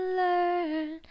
learn